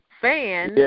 fan